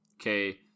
Okay